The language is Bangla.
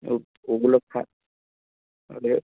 ও ওগুলো ফ্যা হ্যালো